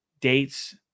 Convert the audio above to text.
dates